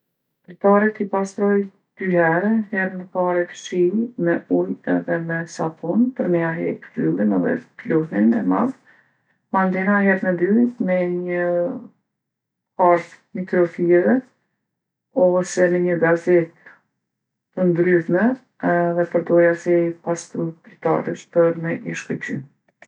Dritaret i pastroj dy here, herën e parë e fshij me ujë edhe me sapun per me ja hek zhyllin edhe pluhnin e madh. Mandena herën e dytë me një ose me nji gazetë të ndrydhme edhe përdori asi pastrush dritaresh për mi shkëlqy.